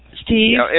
Steve